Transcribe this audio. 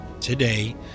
today